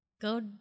go